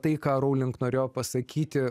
tai ką rowling norėjo pasakyti